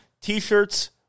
t-shirts